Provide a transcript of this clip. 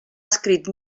escrit